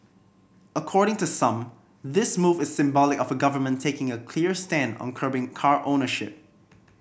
according to some this move symbolic of a government taking a clear stand on curbing car ownership